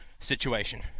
Situation